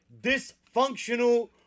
dysfunctional